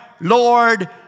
Lord